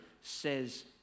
says